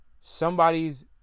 Somebody's